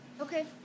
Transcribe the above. Okay